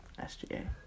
SGA